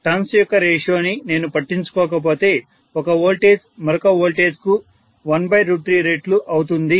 turn యొక్క రేషియోని నేను పట్టించుకోకపోతే ఒక వోల్టేజ్ మరొక వోల్టేజ్ కు 13రెట్లు అవుతుంది